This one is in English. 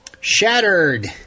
Shattered